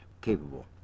capable